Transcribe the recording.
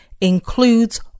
includes